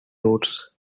roots